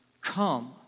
come